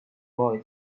boy